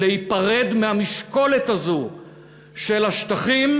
להיפרד מהמשקולת הזאת של השטחים,